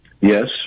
Yes